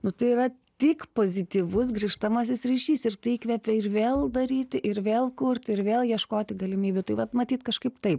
nu tai yra tik pozityvus grįžtamasis ryšys ir tai įkvepia ir vėl daryti ir vėl kurti ir vėl ieškoti galimybių tai vat matyt kažkaip taip